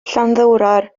llanddowror